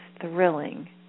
thrilling